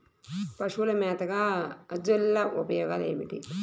పశువుల మేతగా అజొల్ల ఉపయోగాలు ఏమిటి?